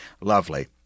Lovely